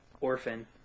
orphan